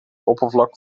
oppervlak